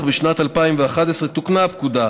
אך בשנת 2011 תוקנה הפקודה,